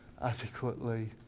adequately